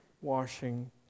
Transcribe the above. washing